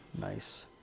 nice